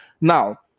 Now